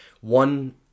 one